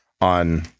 on